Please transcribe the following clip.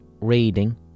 reading